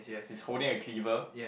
he's holding a cleaver